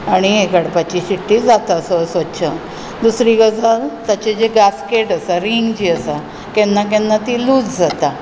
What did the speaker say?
आनी ये काडपाची शिट्टी जाता स्व स्वच्छ दुसरी गजाल ताचे जे गासगेट आसा रिंग जी आसा केन्ना केन्ना ती लुज जाता